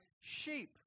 sheep